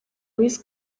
wiz